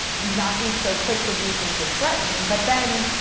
not be so quick to view things as threatening, but then,